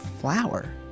flower